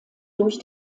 durch